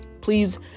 please